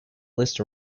list